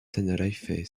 tenerife